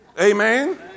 Amen